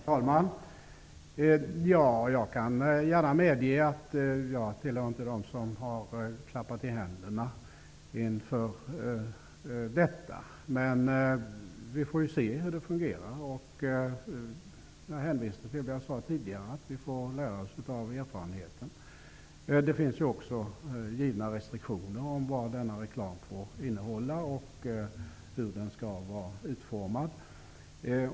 Herr talman! Jag kan gärna medge att jag inte är en av dem som klappat i händerna inför detta. Men vi får väl se hur det fungerar -- detta sagt med hänvisning till vad jag uttalat tidigare, att vi får lära av erfarenheten. Det finns ju också restriktioner om vad denna reklam får innehålla och hur den skall vara utformad.